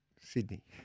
Sydney